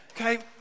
Okay